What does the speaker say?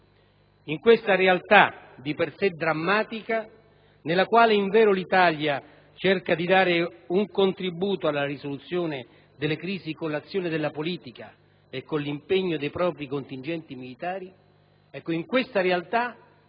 In questa realtà di per sé drammatica, nella quale invero l'Italia cerca di dare un contributo alla risoluzione delle crisi con l'azione della politica e con l'impegno dei propri contingenti militari, esistono purtroppo